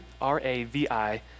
R-A-V-I